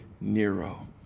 Nero